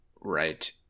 right